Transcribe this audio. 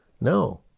No